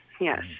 Yes